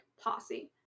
posse